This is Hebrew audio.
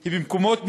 היא במקומות מסוימים,